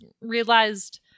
realized